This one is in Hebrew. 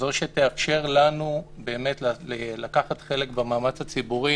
וכזו שתאפשר לנו באמת לקחת חלק במאמץ הציבורי